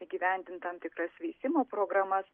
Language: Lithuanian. įgyvendint tam tikras veisimo programas